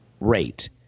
rate